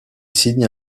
signent